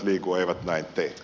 arvoisa puhemies